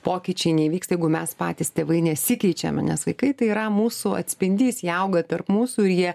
pokyčiai neįvyks jeigu mes patys tėvai nesikeičiame nes vaikai tai yra mūsų atspindys jie auga tarp mūsų ir jie